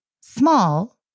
small